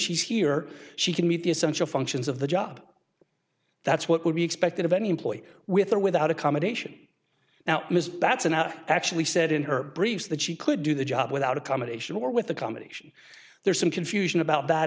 she's here she can meet the essential functions of the job that's what would be expected of any employee with or without accommodation now that's an out and actually said in her briefs that she could do the job without accommodation or with accommodation there's some confusion about that